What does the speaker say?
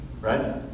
right